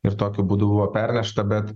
ir tokiu būdu buvo pernešta bet